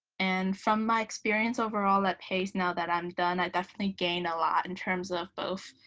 and from my experience overall, that pace now that i'm done, i definitely gained a lot in terms of both